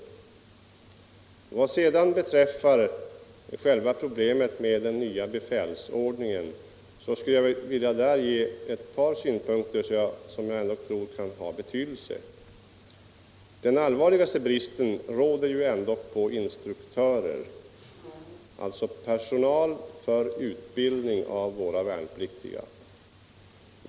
Vad sedan beträffar själva problemet med den nya befälsordningen skulle jag vilja ge ett par synpunkter som jag tror kan ha betydelse. Den allvarligaste bristen råder på instruktörer, alltså på personal för utbildning av våra värnpliktiga.